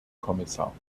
kommissar